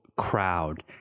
crowd